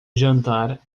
jantar